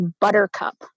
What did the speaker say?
buttercup